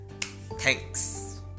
thanks